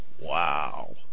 Wow